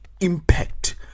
impact